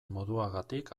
moduagatik